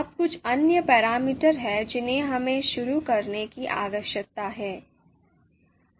अब कुछ अन्य पैरामीटर हैं जिन्हें हमें शुरू करने की आवश्यकता है